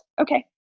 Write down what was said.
Okay